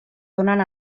donen